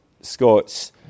Scots